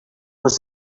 was